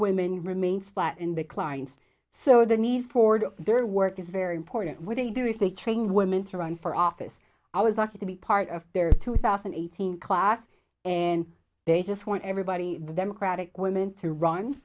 women remains flat and the clients so the need for do their work is very important what they do is they train women to run for office i was lucky to be part of their two thousand and eighteen class and they just want everybody the democratic women to run